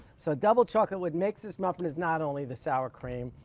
so double chocolate, what makes this muffin is not only the sour cream,